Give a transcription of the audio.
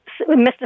Mr